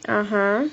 (uh huh)